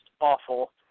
awful